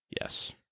Yes